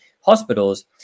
hospitals